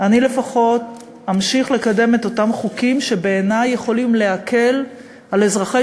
אני לפחות אמשיך לקדם את אותם חוקים שבעיני יכולים להקל על אזרחי